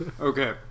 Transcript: Okay